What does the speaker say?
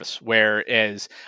whereas